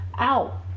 ow